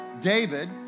David